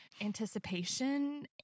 anticipation